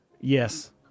yes